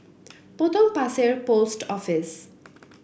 Potong Pasir Post Office